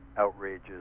outrageous